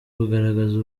kugaragaza